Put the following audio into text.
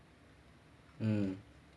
um